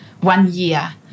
one-year